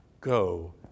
go